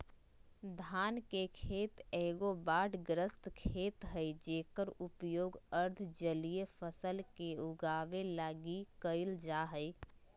धान के खेत एगो बाढ़ग्रस्त खेत हइ जेकर उपयोग अर्ध जलीय फसल के उगाबे लगी कईल जा हइ